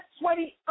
sweaty